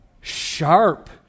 Sharp